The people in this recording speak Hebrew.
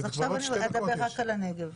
קורים דברים בנגב.